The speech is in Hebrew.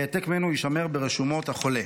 והעתק ממנו יישמר ברשומות החולה."